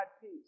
peace